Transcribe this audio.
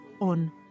on